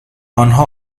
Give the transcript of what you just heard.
آنها